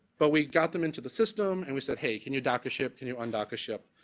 but we got them into the system and we said, hey, can you dock a ship, can you undock a ship.